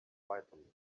quietly